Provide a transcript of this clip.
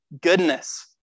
goodness